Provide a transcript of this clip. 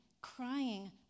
crying